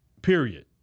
period